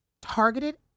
targeted